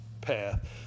path